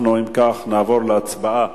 אם כך נעבור להצבעה